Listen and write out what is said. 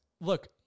look